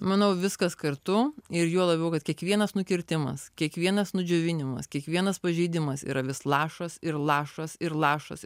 manau viskas kartu ir juo labiau kad kiekvienas nukirtimas kiekvienas nudžiovinimas kiekvienas pažeidimas yra vis lašas ir lašas ir lašas